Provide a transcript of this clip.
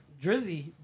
Drizzy